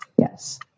yes